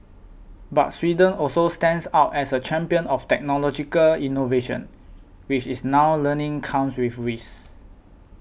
but Sweden also stands out as a champion of technological innovation which it's now learning comes with risks